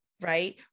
right